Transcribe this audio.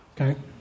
okay